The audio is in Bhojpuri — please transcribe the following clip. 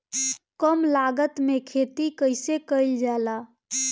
कम लागत में खेती कइसे कइल जाला?